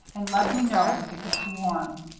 and let me know if it gets warm.